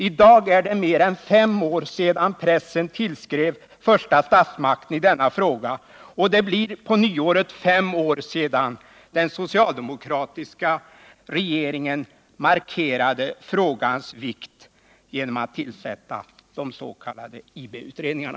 I dag är det mer än fem år sedan pressen tillskrev första statsmakten i denna fråga, och det blir på nyåret fem år sedan den socialdemokratiska regeringen markerade frågans vikt genom att tillsätta de s.k. IB-utredningarna.